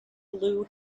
blue